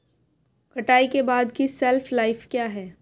कटाई के बाद की शेल्फ लाइफ क्या है?